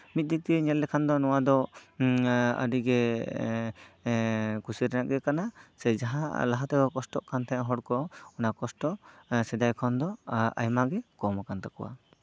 ᱢᱤᱫ ᱫᱤᱠ ᱫᱤᱭᱮ ᱧᱮᱞ ᱞᱮᱠᱷᱟᱱ ᱫᱚ ᱱᱚᱣᱟ ᱫᱚ ᱟᱹᱰᱤᱜᱮ ᱠᱩᱥᱤ ᱨᱮᱱᱟᱜ ᱜᱮ ᱠᱟᱱᱟ ᱥᱮ ᱡᱟᱦᱟᱸ ᱞᱟᱦᱟ ᱛᱮᱠᱚ ᱠᱚᱥᱴᱚᱜ ᱠᱟᱱ ᱛᱟᱦᱮᱸᱜ ᱦᱚᱲᱠᱚ ᱚᱱᱟ ᱠᱚᱥᱴᱚ ᱥᱮᱫᱟᱭ ᱠᱷᱚᱱ ᱫᱚ ᱟᱭᱢᱟ ᱜᱮ ᱠᱚᱢ ᱠᱟᱱ ᱛᱟᱠᱚᱣᱟ